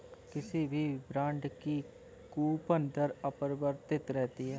किसी भी बॉन्ड की कूपन दर अपरिवर्तित रहती है